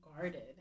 guarded